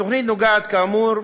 התוכנית נוגעת, כאמור,